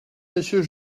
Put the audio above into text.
monsieur